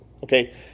Okay